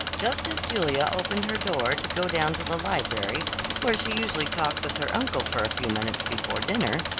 just as julia opened her door to go down to the library where she usually talked with her uncle for a few minutes before dinner,